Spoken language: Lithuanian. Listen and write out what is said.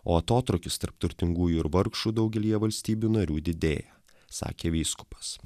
o atotrūkis tarp turtingųjų ir vargšų daugelyje valstybių narių didėja sakė vyskupas